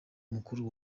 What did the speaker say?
mukuru